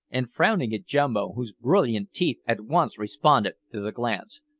and frowning at jumbo, whose brilliant teeth at once responded to the glance,